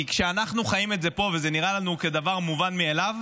כי כשאנחנו חיים את זה פה וזה נראה לנו כדבר מובן מאליו,